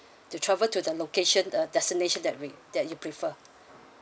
to travel to the location the destination that we that you prefer